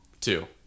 two